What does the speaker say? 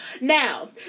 Now